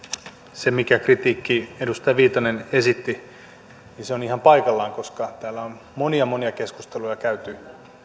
se minkä kritiikin edustaja viitanen esitti on ihan paikallaan koska täällä on monia monia keskusteluja käyty